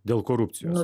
dėl korupcijos